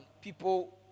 people